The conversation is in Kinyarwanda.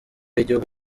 y’igihugu